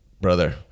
brother